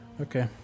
Okay